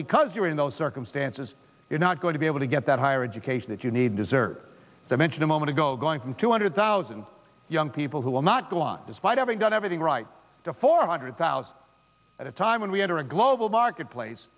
because you're in those circumstances you're not going to be able to get that higher education that you need deserve the mention a moment ago going from two hundred thousand young people who will not go on despite having done everything right to four hundred thousand at a time when we enter a global marketplace